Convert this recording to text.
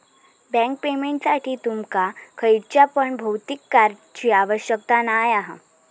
bank पेमेंटसाठी तुमका खयच्या पण भौतिक कार्डची आवश्यकता नाय हा